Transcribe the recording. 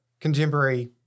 contemporary